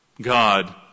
God